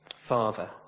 Father